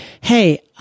Hey